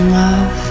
love